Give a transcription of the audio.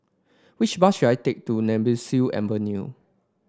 which bus should I take to Nemesu Avenue